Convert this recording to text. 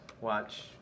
watch